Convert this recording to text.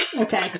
Okay